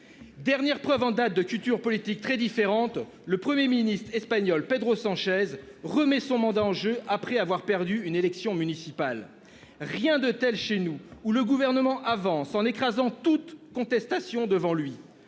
Dernière preuve en date de culture politique très différente. Le Premier ministre espagnol Pedro Sanchez remet son mandat en jeu après avoir perdu une élection municipale. Rien de tel chez nous où le gouvernement avance en écrasant toute contestation devant lui.